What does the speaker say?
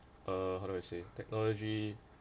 uh how do I say technology